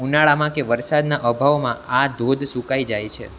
ઉનાળામાં કે વરસાદના અભાવમાં આ ધોધ સૂકાઈ જાય છે